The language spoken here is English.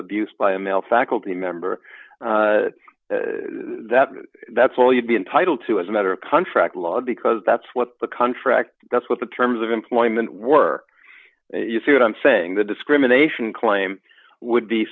abuse by a male faculty member that that's all you'd be entitled to as a matter of contract law because that's what the contract that's what the terms of employment were you see what i'm saying the discrimination claim would be